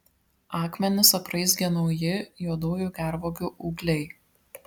akmenis apraizgė nauji juodųjų gervuogių ūgliai